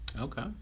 Okay